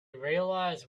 realize